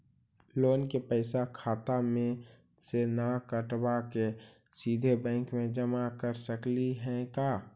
Loan के पैसा खाता मे से न कटवा के सिधे बैंक में जमा कर सकली हे का?